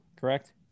Correct